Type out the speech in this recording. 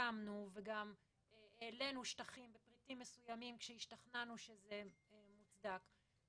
הסכמנו וגם העלנו שטחים מסוימים שהשתכנענו שזה נבדק.